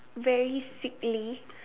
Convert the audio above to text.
very sickly